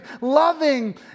loving